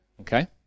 okay